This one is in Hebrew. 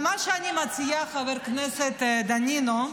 מה שאני מציעה, חבר הכנסת דנינו,